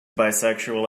bisexual